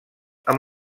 amb